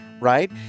right